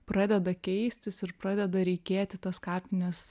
pradeda keistis ir pradeda reikėti tas kapines